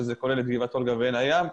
שזה כולל את גבעת אולגה ועין הים,